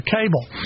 Cable